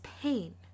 pain